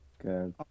Good